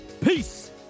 Peace